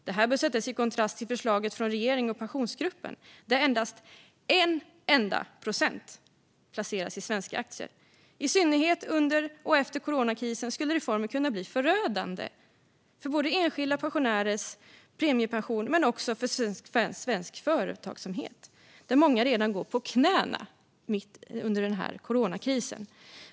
Det här bör sättas i kontrast till förslaget från regeringen och pensionsgruppen, där endast 1 procent placeras i svenska aktier. I synnerhet under och efter coronakrisen skulle reformen kunna bli förödande inte bara för enskilda pensionärers premiepension utan också för svensk företagsamhet, där många redan går på knäna.